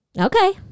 okay